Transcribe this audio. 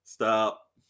Stop